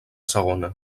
segona